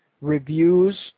reviews